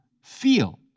feel